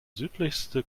südlichste